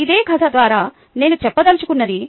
ఇదే కథ ద్వారా నేను చెప్పదల్చుకున్నది